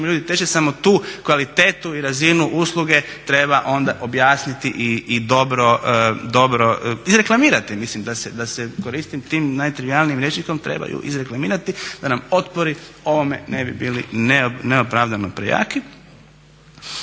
ljudi teže, samo tu kvalitetu i razinu usluge treba onda objasniti i dobro izreklamirati mislim da se koristim tim najtrivijalnijim rječnikom trebaju izreklamirati da nam otpori ovome ne bi bili neopravdano prejaki.